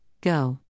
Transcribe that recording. Go